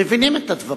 מבינים את הדברים.